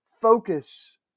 focus